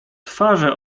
twarze